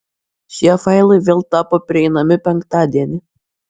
šie failai vėl tapo prieinami penktadienį